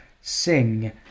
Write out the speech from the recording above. sing